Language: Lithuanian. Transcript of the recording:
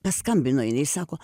paskambino jinai sako